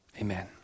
Amen